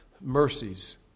mercies